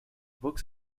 books